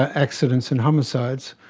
ah accidents and homicides.